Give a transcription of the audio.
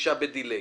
מגישה בדיליי.